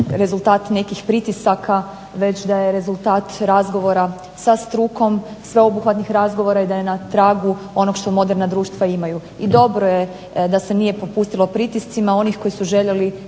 nekih pritisaka već da je rezultat razgovora sa strukom, sveobuhvatnih razgovora i da je na tragu onog što moderna društva imaju. I dobro je da se nije popustilo pritiscima onih koji su željeli